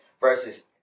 versus